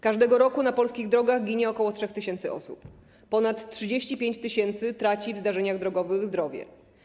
Każdego roku na polskich drogach ginie ok. 3 tys. osób, ponad 35 tys. traci w zdarzeniach drogowych zdrowie.